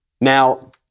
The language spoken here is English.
Now